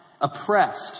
oppressed